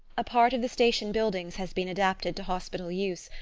a part of the station buildings has been adapted to hospital use,